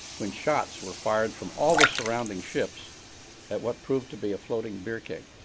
when shots were fired from all the surrounding ships at what proved to be a floating beer keg.